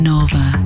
Nova